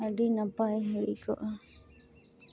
ᱟᱹᱰᱤ ᱱᱟᱯᱟᱭ ᱦᱩᱭ ᱠᱚᱜᱼᱟ